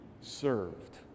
served